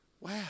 Wow